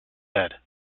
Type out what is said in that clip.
said